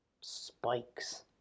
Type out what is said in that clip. spikes